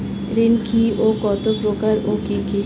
ঋণ কি ও কত প্রকার ও কি কি?